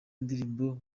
indirimbo